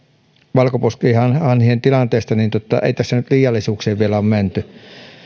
valkoposkihanhien tilanteesta ei tässä nyt liiallisuuksiin vielä ole menty